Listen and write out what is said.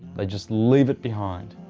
they just leave it behind.